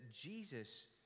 Jesus